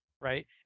right